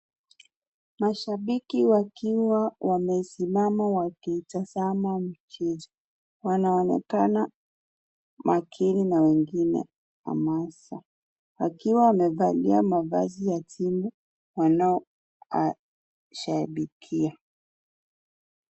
Mashabiki wakiwa wamesimama wakitazama michezo. Wanaonekana makini na wengine hamasa wakiwa wamevalia mavazi ya timu wanao shabikia.